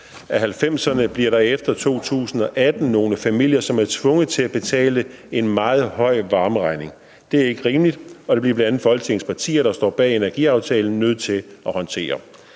af 1990'erne vil der efter 2018 være nogle familier, der er tvunget til at betale en meget høj varmeregning. Det er ikke rimeligt, og det bliver bl.a. Folketingets partier, der står bag energiaftalen, nødt til at håndtere.